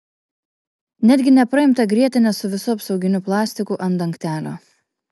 netgi nepraimtą grietinę su visu apsauginiu plastiku ant dangtelio